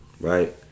right